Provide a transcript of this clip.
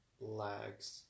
lags